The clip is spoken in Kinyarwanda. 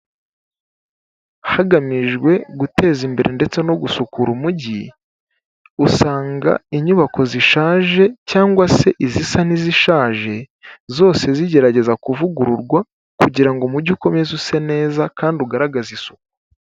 Hagamijwe gutezi imbere ndetse no gusukura umujyi usanga inyubako zishaje cyangwa se izisa n'izishaje zose zigerageza kuvugururwa kugirango umujyi ukomeze use neza kandi ugaragaze isuku.